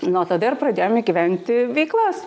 nuo tada ir pradėjome įgyvendinti veiklas